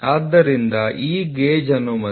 ಆದ್ದರಿಂದ ಈ ಗೇಜ್ ಅನುಮತಿ